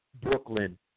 Brooklyn